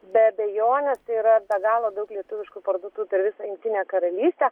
be abejonės tai yra be galo daug lietuviškų parduotuvių per visą jungtinę karalystę